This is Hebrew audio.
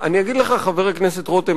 חבר הכנסת רותם,